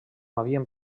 havien